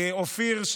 אופיר,